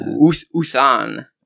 Uthan